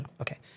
Okay